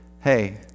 Hey—